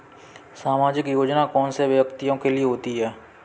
सामाजिक योजना कौन से व्यक्तियों के लिए होती है?